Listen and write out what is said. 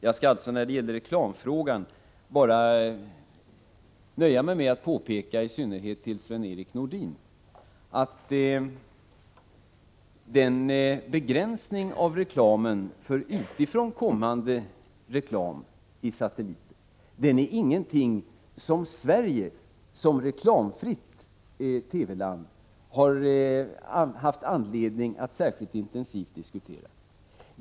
Jag skall beträffande reklamfrågan nöja mig med att påpeka i synnerhet för Sven-Erik Nordin, att begränsning för utifrån kommande reklam i satellitsändningar inte är någonting som Sverige som reklamfritt TV-land har haft anledning att särskilt intensivt diskutera.